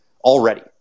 already